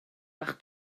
bach